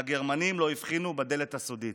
והגרמנים לא הבחינו בדלת הסודית.